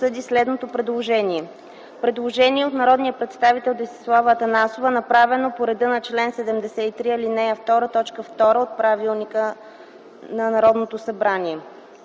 следното предложение. Предложение от народния представител Десислава Атанасова, направено по реда на чл. 73, ал. 2, т. 2 от Правилника за организацията и